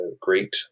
great